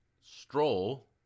stroll